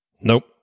Nope